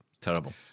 Terrible